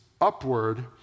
upward